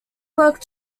work